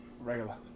Regular